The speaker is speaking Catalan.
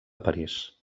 parís